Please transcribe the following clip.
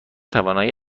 توانایی